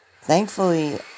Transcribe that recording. thankfully